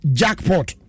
jackpot